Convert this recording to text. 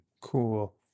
Cool